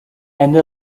and